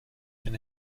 than